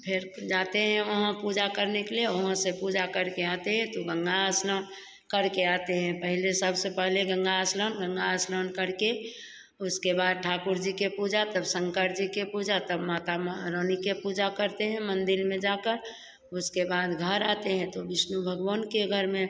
फिर जाते हैं वहाँ पूजा करने के लिए वहाँ से पूजा करके आते हे तो गंगा स्नान करके आते हैं पहले सबसे पहले गंगा अस्नान गंगा स्नान करके उसके बाद ठाकुर जी के पूजा तब शंकर जी के पूजा तब माता महारानी के पूजा करते हैं मंदिर में जाकर उसके बाद घर आते हैं तो विष्णु भगवान के घर में